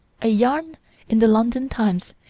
a yarn in the london times,